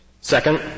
Second